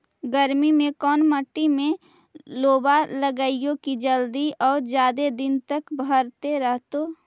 गर्मी में कोन मट्टी में लोबा लगियै कि जल्दी और जादे दिन तक भरतै रहतै?